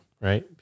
right